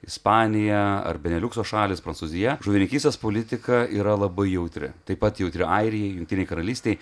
ispanija ar beneliukso šalys prancūzija žuvininkystės politika yra labai jautri taip pat jautri airijai jungtinei karalystei